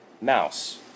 Mouse